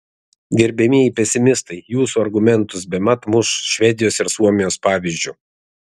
gerbiamieji pesimistai jūsų argumentus bemat muš švedijos ir suomijos pavyzdžiu